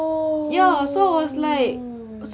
oh